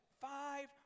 five